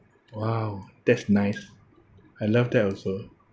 !wow! that's nice I love that also